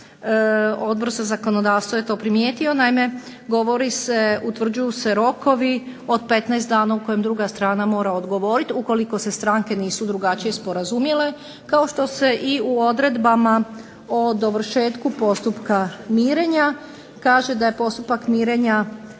Odbor za zakonodavstvo je to primijetio. Naime, utvrđuju se rokovi od 15 dana u kojem druga strana mora odgovoriti ukoliko se stranke nisu drugačije sporazumile kao što se i u odredbama o dovršetku postupka mirenja, kažu da je postupak mirenja